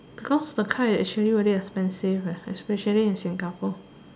because the car is actually very expensive right especially in Singapore